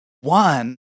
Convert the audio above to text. one